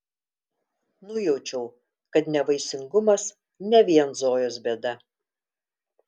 nujaučiau kad nevaisingumas ne vien zojos bėda